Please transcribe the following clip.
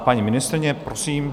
Paní ministryně, prosím.